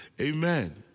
Amen